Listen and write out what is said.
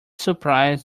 surprised